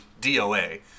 DOA